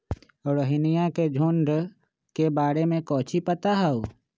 रोहिनया के झुंड के बारे में कौची पता हाउ?